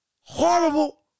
Horrible